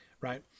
Right